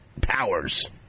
powers